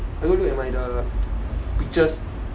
I go look at my the pictures